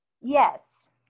Yes